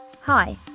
Hi